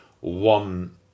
one